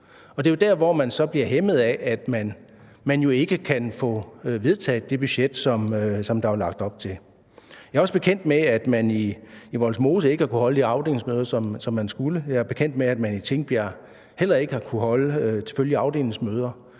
Det er der, man så bliver hæmmet af, at man jo ikke kan få vedtaget det budget, der var lagt op til. Jeg er også bekendt med, at man i Vollsmose ikke har kunnet holde de afdelingsmøder, som man skulle. Jeg er bekendt med, at man i Tingbjerg heller ikke har kunnet holde afdelingsmøder.